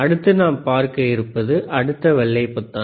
அடுத்து நாம் பார்க்க இருப்பது அடுத்த வெள்ளை பொத்தான்